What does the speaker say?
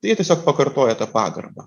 tai jie tiesiog pakartoja tą pagarbą